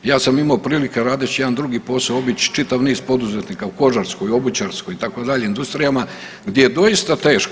Ja sam imao prilike radeći jedan drugi posao obići čitav niz poduzetnika u kožarskoj, obućarskoj itd. industrijama gdje je doista teško.